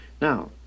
Now